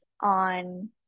on